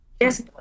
Yes